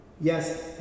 Yes